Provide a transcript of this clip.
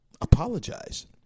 apologize